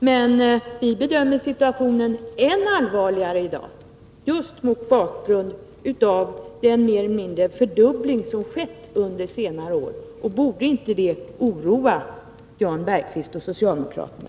Men vi bedömer situationen än allvarligare i dag, just mot bakgrund av den nära nog fördubbling av handeln som har skett under senare år. Borde inte det oroa Jan Bergqvist och socialdemokraterna?